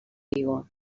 vigo